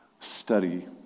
study